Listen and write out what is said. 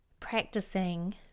Practicing